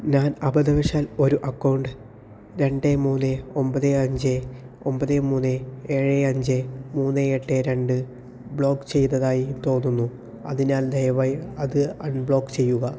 ഞാൻ അബദ്ധവശാൽ ഒരു അക്കൗണ്ട് രണ്ട് മൂന്ന് ഒമ്പത് അഞ്ച് ഒമ്പത് മൂന്ന് ഏഴ് അഞ്ച് മൂന്ന് എട്ട് രണ്ട് ബ്ലോക്ക് ചെയ്തതായി തോന്നുന്നു അതിനാൽ ദയവായി അത് അൺബ്ലോക്ക് ചെയ്യുക